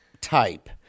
type